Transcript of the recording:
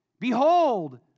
behold